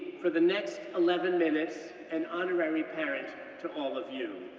for the next eleven minutes, an honorary parent to all of you.